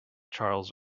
charles